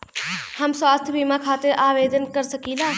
हम स्वास्थ्य बीमा खातिर आवेदन कर सकीला?